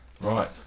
Right